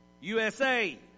USA